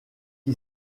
qui